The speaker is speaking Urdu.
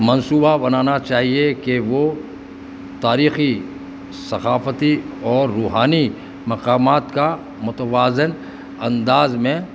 منصوبہ بنانا چاہیے کہ وہ تاریخی ثقافتی اور روحانی مقامات کا متوازن انداز میں